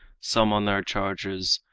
some on their chargers,